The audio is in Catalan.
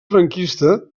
franquista